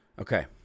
Okay